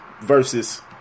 versus